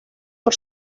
per